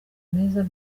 meza